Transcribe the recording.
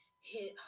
hit